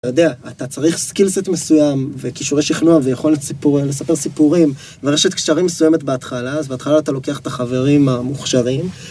אתה יודע, אתה צריך סקילסט מסוים, וכישורי שכנוע ויכולת לספר סיפורים ורשת קשרים מסוימת בהתחלה, אז בהתחלה אתה לוקח את החברים המוכשרים